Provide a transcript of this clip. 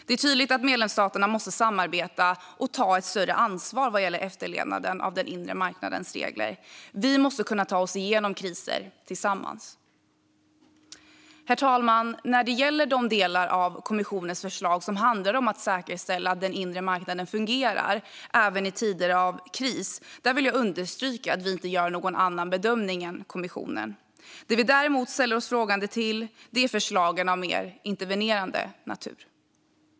Det är tydligt att medlemsstaterna måste samarbeta och ta ett större ansvar vad gäller efterlevnaden av den inre marknadens regler. Vi måste kunna ta oss igenom kriser tillsammans. Herr talman! När det gäller de delar av kommissionens förslag som handlar om att säkerställa att den inre marknaden fungerar även i tider av kris vill jag understryka att vi inte gör någon annan bedömning än kommissionen. Det vi däremot ställer oss frågande till är förslagen av mer intervenerande natur.